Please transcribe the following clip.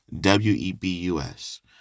W-E-B-U-S